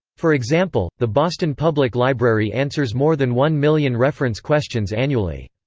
for example, the boston public library answers more than one million reference questions annually.